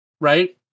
Right